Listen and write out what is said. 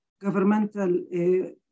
governmental